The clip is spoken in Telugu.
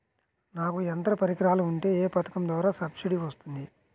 నాకు యంత్ర పరికరాలు ఉంటే ఏ పథకం ద్వారా సబ్సిడీ వస్తుంది?